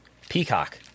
Peacock